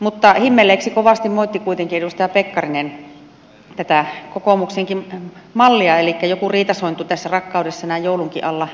mutta himmeleiksi kovasti moitti kuitenkin edustaja pekkarinen tätä kokoomuksenkin mallia elikkä joku riitasointu tässä rakkaudessa näin joulunkin alla näyttää olevan